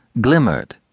glimmered